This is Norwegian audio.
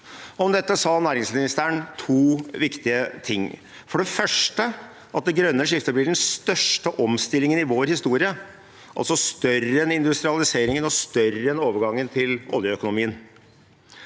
Om dette sa næringsministeren to viktige ting: Han sa for det første at det grønne skiftet blir den største omstillingen i vår historie, altså større enn industrialiseringen og større enn overgangen til oljeøkonomien.